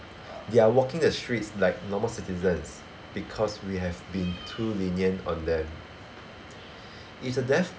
they are walking the streets like normal citizens because we have been too lenient on them if the death